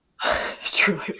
Truly